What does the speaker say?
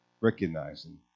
recognizing